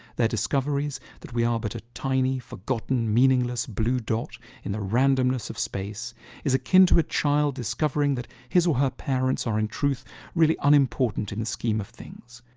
their discoveries that we are but a tiny forgotten meaningless blue dodge in the randomness of space is akin to a child discovering that his or her parents are in truth really unimportant in the scheme of things.